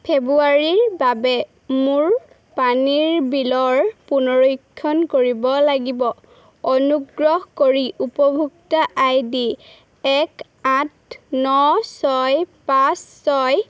ফেব্ৰুৱাৰীৰ বাবে মোৰ পানীৰ বিলৰ পুনৰীক্ষণ কৰিব লাগিব অনুগ্ৰহ কৰি উপভোক্তা আইডি এক আঠ ন ছয় পাঁচ ছয়ৰ